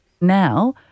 Now